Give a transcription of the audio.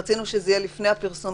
רצינו שזה יהיה לפני הפרסום,